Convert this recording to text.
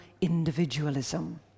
individualism